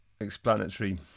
explanatory